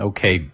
Okay